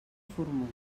formós